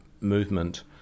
movement